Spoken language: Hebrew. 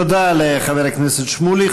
תודה לחבר הכנסת שמולי.